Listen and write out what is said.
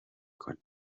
کنه